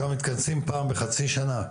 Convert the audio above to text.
שם מתכנסים פעם בחצי שנה.